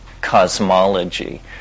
cosmology